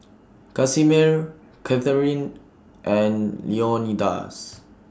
Casimer Katharine and Leonidas